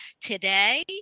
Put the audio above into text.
Today